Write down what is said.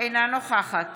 אינה נוכחת